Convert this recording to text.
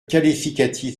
qualificatif